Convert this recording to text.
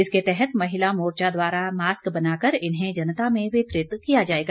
इसके तहत महिला मोर्चा द्वारा मास्क बनाकर इन्हें जनता में वितरित किया जाएगा